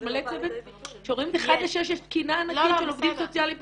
יש מלא צוות --- אחד לשש יש תקינה ענקית של עובדים סוציאליים,